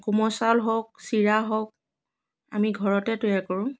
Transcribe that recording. কোমল চাউল হওক চিৰা হওক আমি ঘৰতে তৈয়াৰ কৰোঁ